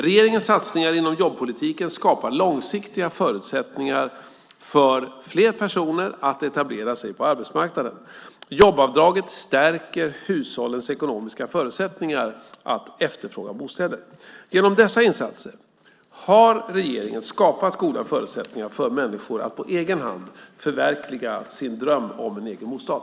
Regeringens satsningar inom jobbpolitiken skapar långsiktiga förutsättningar för fler personer att etablera sig på arbetsmarknaden. Jobbavdraget stärker hushållens ekonomiska förutsättningar att efterfråga bostäder. Genom dessa insatser har regeringen skapat goda förutsättningar för människor att på egen hand förverkliga sin dröm om en egen bostad.